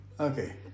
Okay